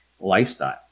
lifestyle